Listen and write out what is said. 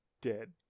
dead